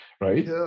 right